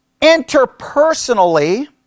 Interpersonally